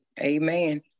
amen